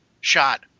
Shot